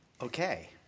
Okay